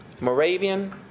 Moravian